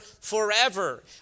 forever